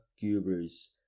Gurus